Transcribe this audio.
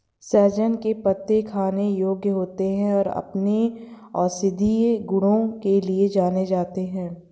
सहजन के पत्ते खाने योग्य होते हैं और अपने औषधीय गुणों के लिए जाने जाते हैं